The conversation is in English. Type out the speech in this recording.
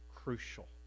crucial